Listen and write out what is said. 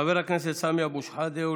חבר הכנסת סמי אבו שחאדה,